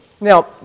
Now